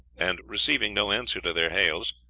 and receiving no answer to their hails,